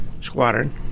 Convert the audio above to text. squadron